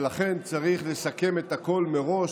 ולכן צריך לסכם את הכול מראש.